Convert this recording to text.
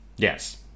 Yes